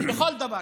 בכל דבר.